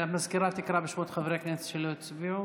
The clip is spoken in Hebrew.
המזכירה תקרא בשמות חברי הכנסת שלא הצביעו.